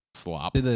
Slop